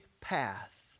path